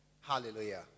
Hallelujah